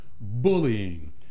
bullying